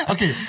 Okay